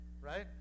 Right